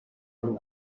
ukuba